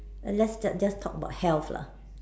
let's just just talk about health lah